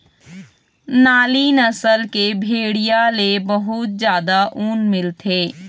नाली नसल के भेड़िया ले बहुत जादा ऊन मिलथे